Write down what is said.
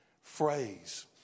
phrase